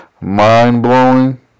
mind-blowing